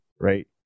Right